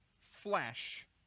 flesh